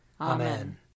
Amen